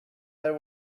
there